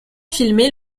filmé